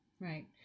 Right